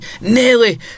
nearly